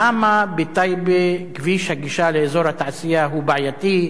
למה בטייבה כביש הגישה לאזור התעשייה הוא בעייתי,